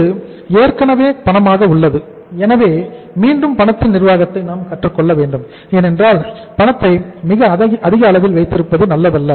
இது ஏற்கனவே பணமாக உள்ளது எனவே மீண்டும் பணத்தின் நிர்வாகத்தை நாம் கற்றுக் கொள்ள வேண்டும் ஏனென்றால் பணத்தை மிக அதிக அளவில் வைத்திருப்பது நல்லதல்ல